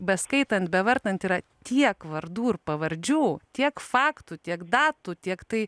beskaitant bevartant yra tiek vardų ir pavardžių tiek faktų tiek datų tiek tai